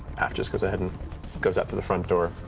af just goes ahead and goes out through the front door.